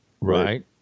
Right